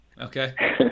Okay